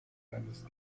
seines